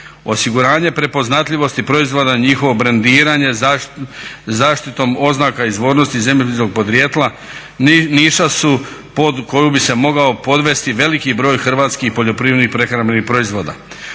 Osiguranje prepoznatljivosti proizvoda, njihovo brendiranje zaštitom oznaka izvornosti zemljopisnog podrijetla niša su pod koju bi se mogao podvesti veliki broj hrvatskih poljoprivrednih prehrambenih proizvoda.